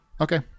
Okay